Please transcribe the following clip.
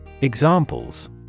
Examples